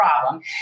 problem